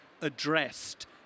addressed